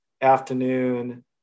afternoon